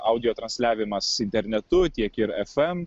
audio transliavimas internetu tiek ir fm